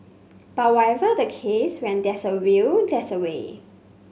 but whatever the case when there's a will there's a way